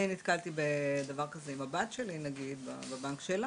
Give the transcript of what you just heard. אני נתקלתי בדבר כזה עם הבת שלי, בבנק שלה,